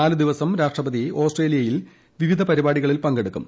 നാലു ദിവസം രാഷ്ട്രപതി ഓസ്ട്രേലിയയിൽ വിവിധ പരിപാടികളിൽ പങ്കെടുക്കും